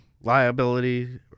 liability